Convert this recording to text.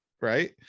right